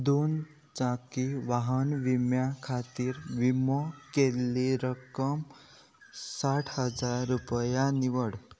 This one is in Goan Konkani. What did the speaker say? दोन चाकी वाहन विम्या खातीर विमो केल्ली रक्कम साठ हजार रुपया निवड